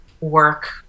work